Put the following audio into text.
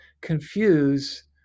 confuse